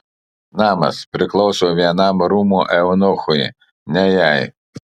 namas priklauso vienam rūmų eunuchui ne jai